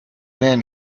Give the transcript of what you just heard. then